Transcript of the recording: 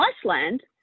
Iceland